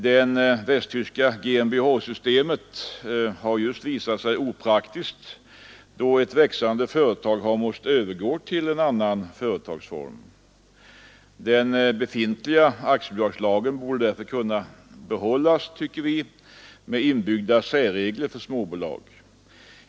Det västtyska GmbH-systemet har just visat sig opraktiskt då ett växande företag har måst övergå till annan företagsform. Den befintliga aktiebolagslagen borde därför kunna behållas, tycker vi, med inbyggda särregler för småbolag.